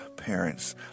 Parents